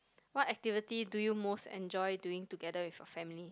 what activity do you most enjoy doing together with your family